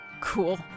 Cool